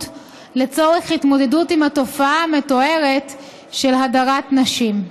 לצורך התמודדות עם התופעה המתוארת של הדרת נשים.